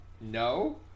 no